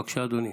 בבקשה, אדוני,